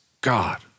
God